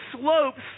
slopes